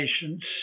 patients